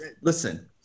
Listen